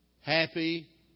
happy